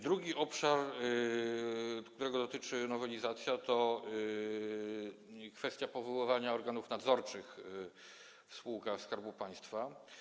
Drugi obszar, którego dotyczy nowelizacja, to kwestia powoływania organów nadzorczych w spółkach Skarbu Państwa.